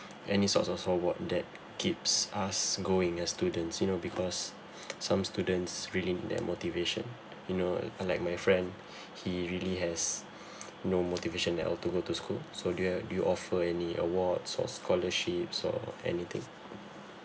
any sorts of award that keeps us going as students you know because some students really need that motivation you know unlike my friend he really has no motivation at all to go to school so do you have do you offer any awards or scholarships or anything